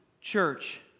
church